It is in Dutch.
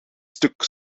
stuk